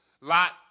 Lot